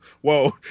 whoa